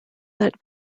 that